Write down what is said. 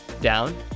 down